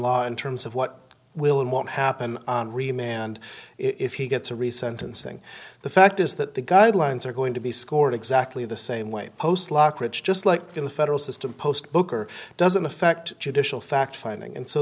law in terms of what will and won't happen on remain and if he gets a recent unsing the fact is that the guidelines are going to be scored exactly the same way post lockridge just like in the federal system post booker doesn't affect judicial fact finding and so